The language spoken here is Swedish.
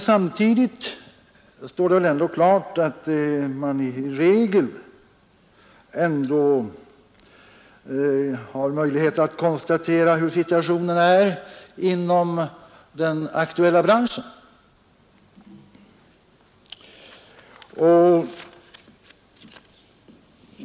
Samtidigt står det ändå klart att man i regel har möjlighet att konstatera hur situationen är inom den aktuella branschen.